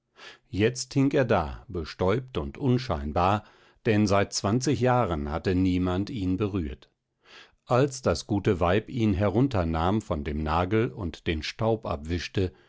jetzt hing er da bestäubt und unscheinbar denn seit zwanzig jahren hatte niemand ihn berührt als das gute weib ihn herunter nahm von dem nagel und den staub abwischte